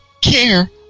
care